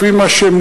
לפי מה שמותר.